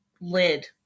lid